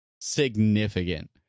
significant